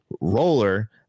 roller